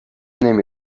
نمی